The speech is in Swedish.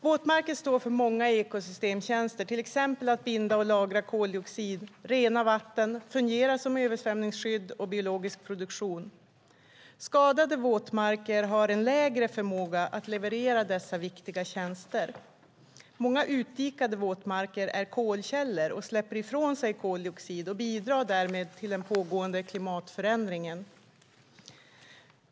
Våtmarker står för många ekosystemstjänster, till exempel att binda och lagra koldioxid, rena vatten, fungera som översvämningsskydd och biologisk produktion. Skadade våtmarker har en sämre förmåga att leverera dessa viktiga tjänster. Många utdikade våtmarker är kolkällor och släpper ifrån sig koldioxid och bidrar därmed till den pågående klimatförändringen.